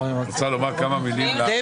רוצה לומר כמה מילים לאומה?